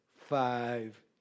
five